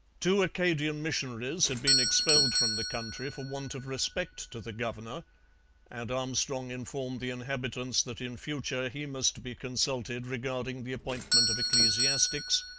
two acadian missionaries had been expelled from the country for want of respect to the governor and armstrong informed the inhabitants that in future he must be consulted regarding the appointment of ecclesiastics,